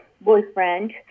boyfriend